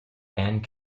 and